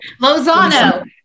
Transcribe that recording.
Lozano